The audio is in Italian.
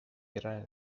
creare